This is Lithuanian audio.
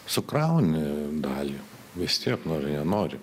sukrauni dalį vis tiek nori nenori